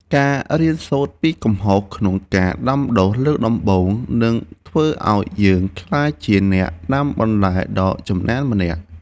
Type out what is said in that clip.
ការរៀនសូត្រពីកំហុសក្នុងការដាំដុះលើកដំបូងនឹងធ្វើឱ្យយើងក្លាយជាអ្នកដាំបន្លែដ៏ចំណានម្នាក់។